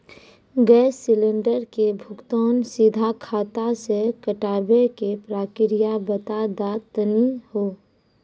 Gas cylinder के भुगतान सीधा खाता से कटावे के प्रक्रिया बता दा तनी हो?